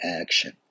action